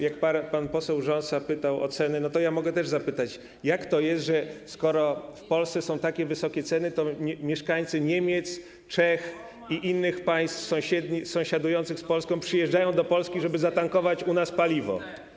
Jak pan poseł Rząsa pytał o ceny, to ja mogę też zapytać: Jak to jest, że skoro w Polsce są takie wysokie ceny, to mieszkańcy Niemiec, Czech i innych państw sąsiadujących z Polską przyjeżdżają do Polski, żeby zatankować u nas paliwo?